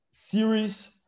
Series